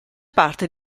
parte